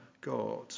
God